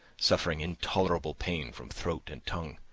suffering intolerable pain from throat and tongue,